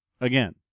again